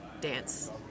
dance